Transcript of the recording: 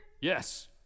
Yes